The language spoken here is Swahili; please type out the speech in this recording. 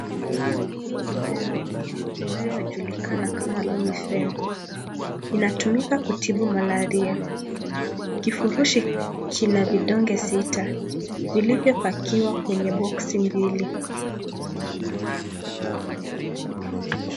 Hii ni dawa inayo julikana kama Lumifen inatumika kutibu malaria kifurushi kina vidonge sita vilivyo pakiwa kwenye boxi mbili.